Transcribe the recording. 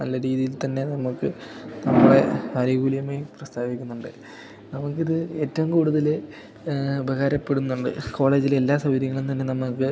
നല്ല രീതിയിൽ തന്നെ നമുക്ക് നമ്മുടെ ആനുകൂല്യമായി പ്രസ്താവിക്കുന്നുണ്ട് നമുക്കിത് ഏറ്റവും കൂടുതല് ഉപകാരപ്പെടുന്നുണ്ട് കോളേജിലെ എല്ലാ സൗകര്യങ്ങളും തന്നെ നമുക്ക്